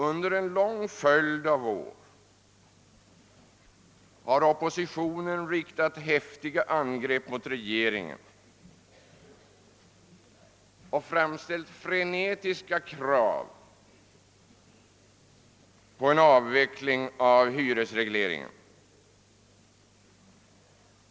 Under en lång följd av år har oppositionen riktat häftiga angrepp mot regeringen och frenetiskt framställt krav på en avveckling av hyresregleringen.